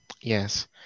Yes